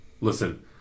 Listen